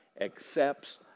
accepts